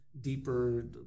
deeper